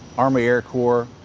army air corps.